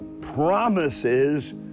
Promises